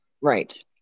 Right